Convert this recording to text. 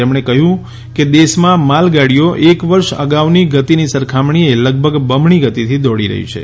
તેમણે કહ્યું કે દેશમાં માલગાડીઓ એક વર્ષ અગાઉની ગતિની સરખામણીએ લગભગ બમણી ગતિથી દોડી રહી છે